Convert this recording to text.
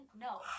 no